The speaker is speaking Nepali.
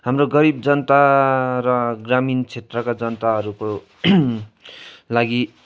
हाम्रो गरिब जनता र ग्रामीण क्षेत्रका जनताहरूको लागि